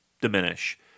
diminish